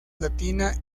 latina